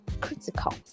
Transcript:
critical